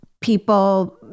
people